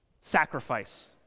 Sacrifice